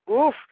oof